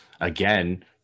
again